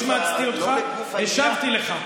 לא השמצתי אותך, השבתי לך.